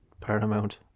paramount